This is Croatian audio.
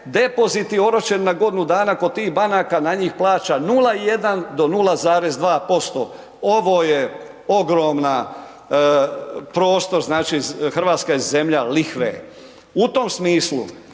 depoziti oročeni na godinu dana kod tih banaka na njih plaća 0,1 do 0,2% ovo je ogromna prostor znači, Hrvatska je zemlja lihve. U tom smislu